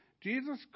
Jesus